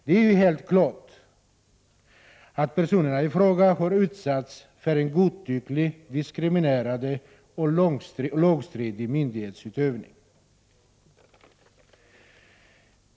Det är helt klart att personerna i fråga har utsatts för en godtycklig, diskriminerande och lagstridig myndighetsutövning.